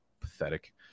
Pathetic